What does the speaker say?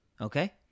Okay